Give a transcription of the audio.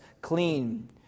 clean